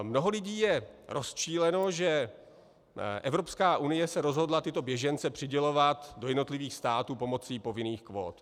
Mnoho lidí je rozčileno, že Evropská unie se rozhodla tyto běžence přidělovat do jednotlivých států pomocí povinných kvót.